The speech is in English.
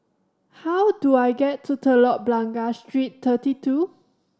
how do I get to Telok Blangah Street Thirty Two